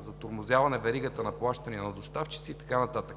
затормозяване веригата на плащания на доставчици и така нататък.